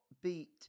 beat